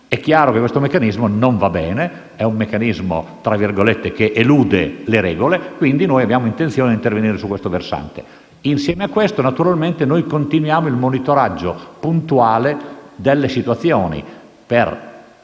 È chiaro che questo meccanismo non va bene in quanto elude le regole, quindi noi abbiamo intenzione di intervenire su questo versante. Insieme a questo, naturalmente, continuiamo il monitoraggio puntuale delle situazioni in